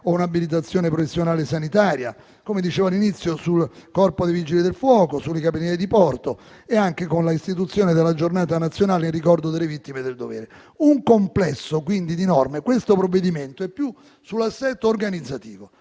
o un'abilitazione professionale sanitaria. Come dicevo all'inizio, si interviene sul Corpo dei vigili del fuoco, sulle Capitanerie di porto e anche con la istituzione della Giornata nazionale in ricordo delle vittime del dovere. È un complesso, quindi, di norme. Questo provvedimento verte più sull'assetto organizzativo,